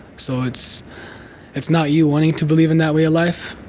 so it's it's not you wanting to believe in that way of life,